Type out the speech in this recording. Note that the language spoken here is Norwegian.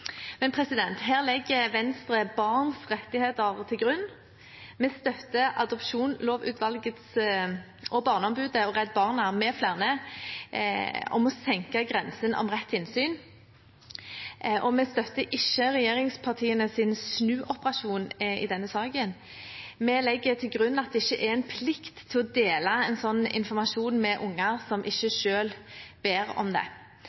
Men her legger Venstre barns rettigheter til grunn. Vi støtter Adopsjonslovutvalget, Barneombudet og Redd Barna m.fl. når det gjelder å senke grensen om rett til innsyn, og vi støtter ikke regjeringspartienes snuoperasjon i denne saken. Vi legger til grunn at det ikke er en plikt til å dele en sånn informasjon med unger som ikke selv ber om det.